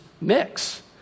mix